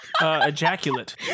ejaculate